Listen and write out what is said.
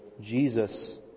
Jesus